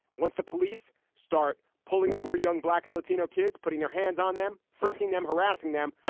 once the police start pulling over young black and latino kids, putting their hands on them, frisking them, harassing them,